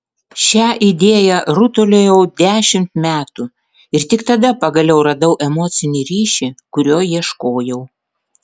šią idėją rutuliojau dešimt metų ir tik tada pagaliau radau emocinį ryšį kurio ieškojau